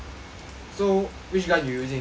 so which gun you using